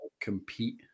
compete